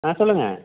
ஆ சொல்லுங்க